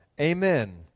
Amen